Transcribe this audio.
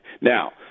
Now